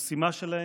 המשימה שלהם: